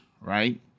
right